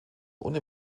und